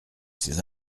ses